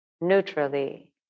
neutrally